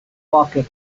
pocket